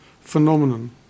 phenomenon